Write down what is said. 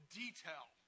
detail